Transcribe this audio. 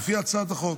לפי הצעת החוק,